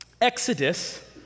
Exodus